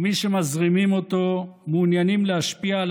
ומי שמזרימים אותו מעוניינים להשפיע על